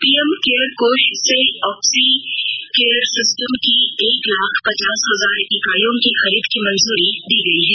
PM Cares कोष से Oxycare system की एक लाख पचास हजार इकाइयों की खरीद की मंजूरी दी गई है